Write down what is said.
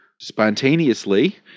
spontaneously